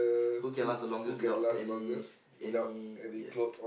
who can last the longest without any any yes